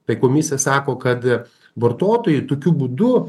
tai komisija sako kad vartotojai tokiu būdu